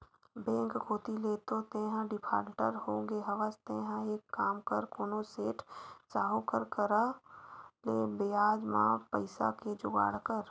bank कोती ले तो तेंहा डिफाल्टर होगे हवस तेंहा एक काम कर कोनो सेठ, साहुकार करा ले बियाज म पइसा के जुगाड़ कर